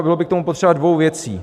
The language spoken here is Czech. Bylo by k tomu potřeba dvou věcí.